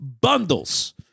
bundles